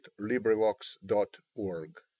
LibriVox.org